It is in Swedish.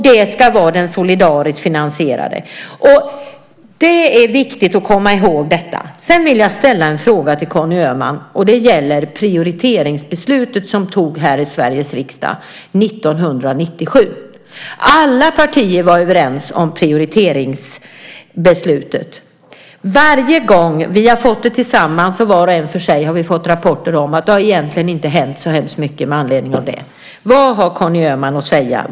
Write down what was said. Vi ska ha solidarisk finansiering. Det är viktigt att komma ihåg detta. Sedan vill jag ställa en fråga till Conny Öhman. Den gäller prioriteringsbeslutet som togs här i Sveriges riksdag 1997. Alla partier var överens om prioriteringsbeslutet. Varje gång vi har fått rapporter, tillsammans och var och en för sig, har vi sett att det egentligen inte har hänt så hemskt mycket med anledning av det. Vad har Conny Öhman att säga?